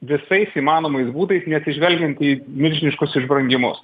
visais įmanomais būdais neatsižvelgiant į milžiniškus išbandymus